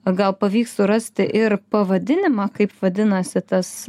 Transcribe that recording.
gal pavyks surasti ir pavadinimą kaip vadinasi tas